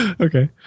Okay